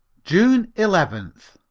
june eleventh.